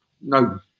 no